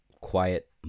quiet